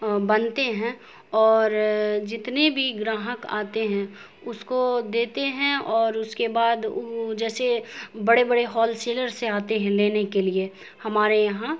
بنتے ہیں اور جتنے بھی گراہک آتے ہیں اس کو دیتے ہیں اور اس کے بعد وہ جیسے بڑے بڑے ہول سیلر سے آتے ہیں لینے کے لیے ہمارے یہاں